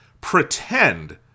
pretend